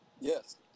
Yes